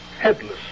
headless